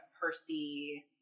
Percy